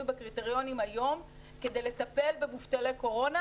בקריטריונים היום כדי לטפל במובטלי קורונה.